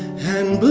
and